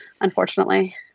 unfortunately